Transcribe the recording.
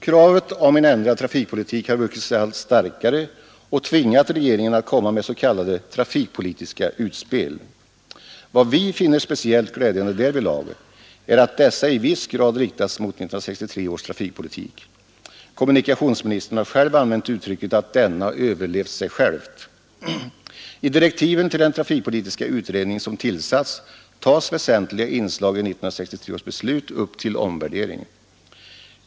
Kravet på en ändrad trafikpolitik har vuxit sig allt starkare och tvingat regeringen att komma med s.k. trafikpolitiska utspel. Vad vi finner speciellt glädjande därvidlag är att dessa i viss grad riktats mot 1963 års trafikpolitik; kommunikationsministern har själv använt uttrycket att den överlevt sig själv. I direktiven till den trafikpolitiska utredning som tillsatts tas väsentliga inslag i 1963 års beslut upp till omvärdering.